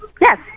Yes